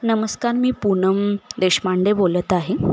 नमस्कार मी पुनम देशपांडे बोलत आहे